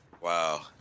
Wow